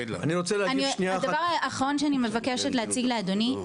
הדבר האחרון שאני מבקשת להציג לאדוני,